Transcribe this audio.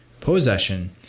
possession